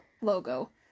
logo